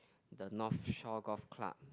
the north fish shore golf club